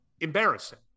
embarrassing